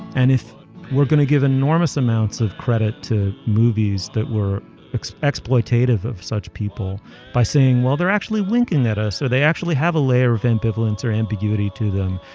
and if we're going to give enormous amounts of credit to movies that were exploitative exploitative of such people by saying well they're actually winking at us so they actually have a layer of ambivalence or ambiguity to them.